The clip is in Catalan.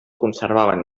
conservaven